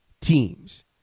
teams